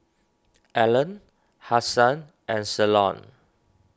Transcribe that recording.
Allene Hasan and Ceylon